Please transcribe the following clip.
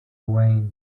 wayne